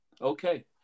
Okay